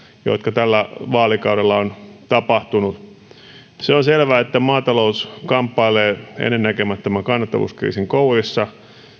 jotka tällä vaalikaudella ovat tapahtuneet se on selvää että maatalous kamppailee ennennäkemättömän kannattavuuskriisin kourissa